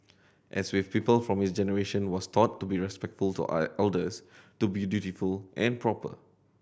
as with people from his generation was taught to be respectful to I elders to be dutiful and proper